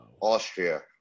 Austria